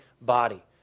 body